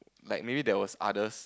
like maybe there was others